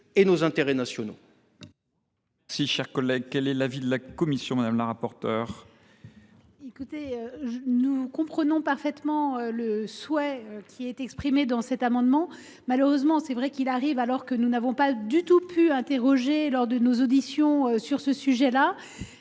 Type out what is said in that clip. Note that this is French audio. et nos intérêts nationaux.